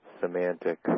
semantic